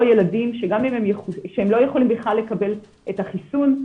או ילדים שלא יכולים בכלל לקבל את החיסון.